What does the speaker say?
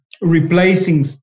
replacing